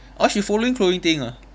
ah she following chloe ting ah